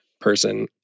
person